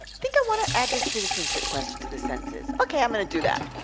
think i want to add this citizenship question to the census. okay, i'm gonna do that.